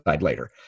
later